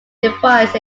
devices